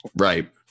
Right